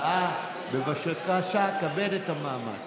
חבר הכנסת קרעי, זרקו אותך מכל המדרגות בליכוד.